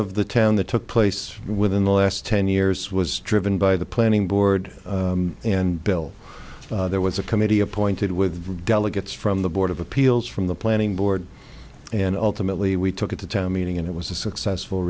of the town that took place within the last ten years was driven by the planning board and bill there was a committee appointed with delegates from the board of appeals from the planning board and ultimately we took at the town meeting and it was a successful